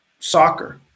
Soccer